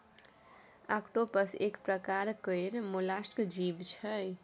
octopus एक परकार केर मोलस्क जीव छै